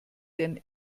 denn